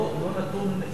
תאונה קשה של אוטובוס,